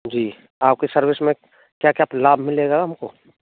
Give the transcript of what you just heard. जी आपके सर्विस में क्या क्या लाभ मिलेगा हमको